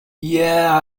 yeah